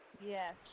Yes